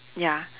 ya